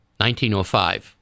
1905